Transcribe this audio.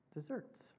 desserts